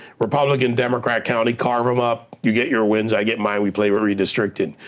republican, democrat county, carve em up, you get your wins, i get mine, we play with redistricting.